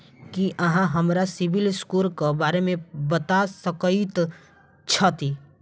की अहाँ हमरा सिबिल स्कोर क बारे मे बता सकइत छथि?